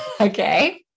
Okay